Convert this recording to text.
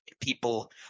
people